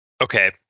Okay